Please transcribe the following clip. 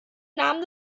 namen